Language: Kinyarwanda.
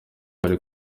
bari